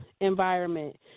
environment